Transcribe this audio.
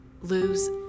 lose